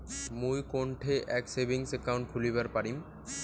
মুই কোনঠে একটা সেভিংস অ্যাকাউন্ট খুলিবার পারিম?